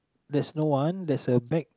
there's no one there's a bag